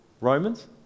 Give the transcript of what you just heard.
Romans